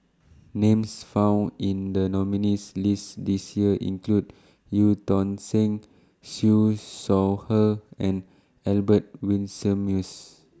Names found in The nominees' list This Year include EU Tong Sen Siew Shaw Her and Albert Winsemius